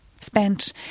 spent